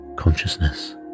Consciousness